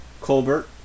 Colbert